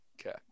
Okay